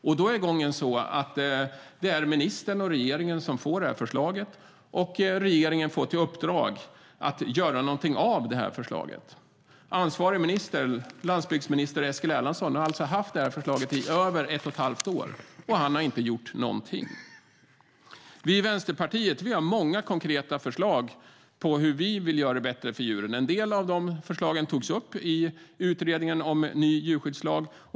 Gången är sådan att det är ministern och regeringen som får förslagen; regeringen får i uppdrag att göra någonting av dem. Ansvarig minister, landsbygdsminister Eskil Erlandsson, har alltså haft förslagen i över ett och ett halvt år, och han har inte gjort någonting. Vänsterpartiet har många konkreta förslag på hur vi kan göra det bättre för djuren. En del av de förslagen togs upp i utredningen om en ny djurskyddslag.